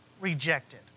rejected